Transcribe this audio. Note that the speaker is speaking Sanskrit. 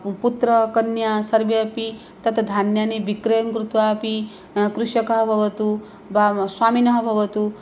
पुत्रः कन्या सर्वे अपि तत् धान्यानि विक्रयं कृत्वा अपि कृषकः भवतु वा स्वामिनः भवतु